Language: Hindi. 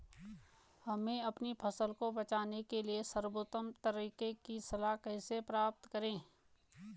हम अपनी फसल को बचाने के सर्वोत्तम तरीके की सलाह कैसे प्राप्त करें?